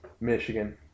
Michigan